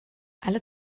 alle